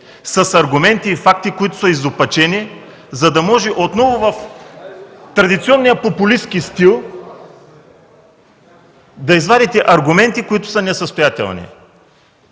с аргументи и факти, които са изопачени, за да може отново в традиционния популистки стил да извадите аргументи, които са несъстоятелни.